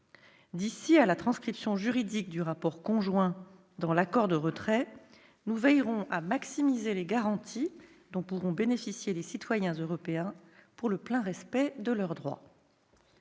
D'ici à la transcription juridique du rapport conjoint dans l'accord de retrait, nous veillerons à maximiser les garanties dont pourront bénéficier les citoyens européens pour le plein respect de leurs droits.